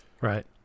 right